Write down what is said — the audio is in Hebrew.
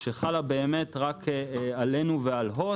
שחלה רק עלינו ועל הוט,